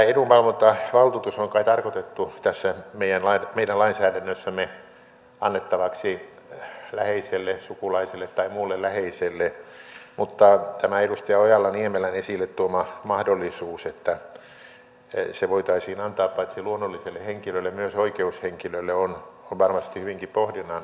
tämä edunvalvontavaltuutus on kai tarkoitettu tässä meidän lainsäädännössämme annettavaksi läheiselle sukulaiselle tai muulle läheiselle mutta tämä edustaja ojala niemelän esille tuoma mahdollisuus että se voitaisiin antaa paitsi luonnolliselle henkilölle myös oikeushenkilölle on varmasti hyvinkin pohdinnan arvoinen